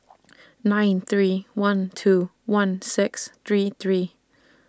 nine three one two one six three three